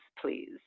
please